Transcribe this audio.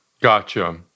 Gotcha